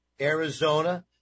Arizona